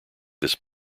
this